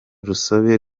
urusobe